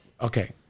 Okay